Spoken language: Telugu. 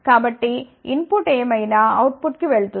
కాబట్టి ఇన్ పుట్ ఏమైనా అవుట్ పుట్ కు వెళుతుంది